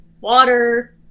Water